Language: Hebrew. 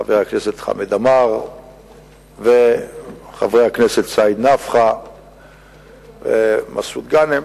חבר הכנסת חמד עמאר וחברי הכנסת סעיד נפאע ומסעוד גנאים,